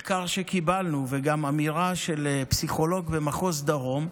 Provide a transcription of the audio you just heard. מחקר שקיבלנו וגם אמירה של פסיכולוג במחוז דרום,